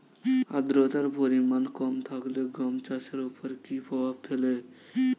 আদ্রতার পরিমাণ কম থাকলে গম চাষের ওপর কী প্রভাব ফেলে?